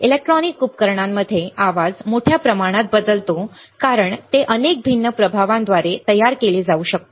electronic उपकरणांमध्ये आवाज मोठ्या प्रमाणात बदलतो कारण ते अनेक भिन्न प्रभावांद्वारे तयार केले जाऊ शकते